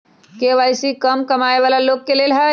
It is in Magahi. के.वाई.सी का कम कमाये वाला लोग के लेल है?